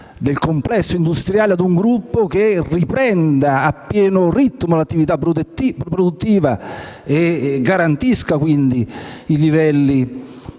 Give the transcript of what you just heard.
del complesso industriale a un gruppo che riprenda a pieno ritmo l'attività produttiva e garantisca i livelli